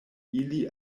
ili